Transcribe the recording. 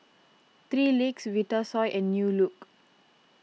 three Legs Vitasoy and New Look